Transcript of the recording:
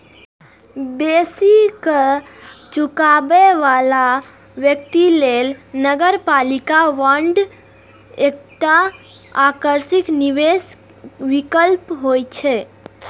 बेसी कर चुकाबै बला व्यक्ति लेल नगरपालिका बांड एकटा आकर्षक निवेश विकल्प होइ छै